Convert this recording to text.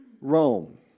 Rome